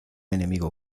enemigo